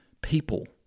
people